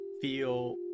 feel